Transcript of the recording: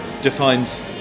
defines